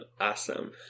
Awesome